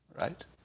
right